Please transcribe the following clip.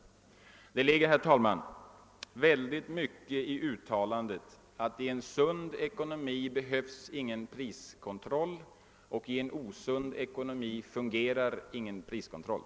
Det ligger, herr talman, mycket i uttalandet att i en sund ekonomi behövs ingen priskontroll och i en osund ekonomi fungerar ingen priskontroll.